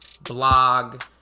blog